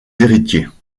héritiers